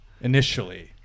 initially